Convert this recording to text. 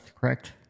correct